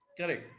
Correct